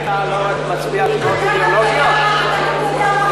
אתה לא מצביע רק הצבעות אידיאולוגיות?